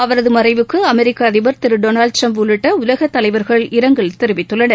அவரது மறைவுக்கு அமெரிக்க அதிபர் டொளால்டு டிரம்ப் உள்ளிட்ட உலகத் தலைவர்கள் இரங்கல் தெரிவித்துள்ளனர்